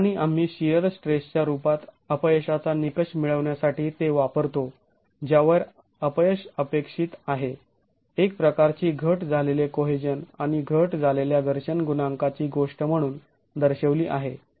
आणि आम्ही शिअर स्ट्रेसच्या रूपात अपयशाचा निकष मिळवण्यासाठी ते वापरतो ज्यावर अपयश अपेक्षित आहे एक प्रकारची घट झालेले कोहेजन आणि घट झालेल्या घर्षण गुणांकाची गोष्ट म्हणून दर्शवली आहे